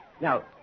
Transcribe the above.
Now